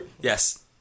Yes